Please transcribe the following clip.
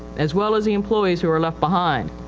as well as the employees who are left behind,